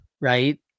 right